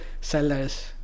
sellers